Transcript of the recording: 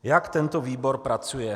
Jak tento výbor pracuje?